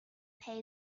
pay